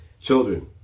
Children